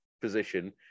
position